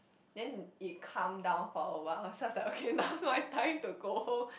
then it calmed down for a while so I was like okay now is my time to go home